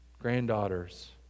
granddaughters